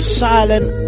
silent